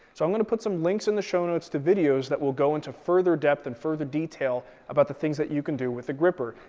so i'm going to put some links in the show notes to videos that will go into further depth and further detail about the things that you can do with the grr-ripper.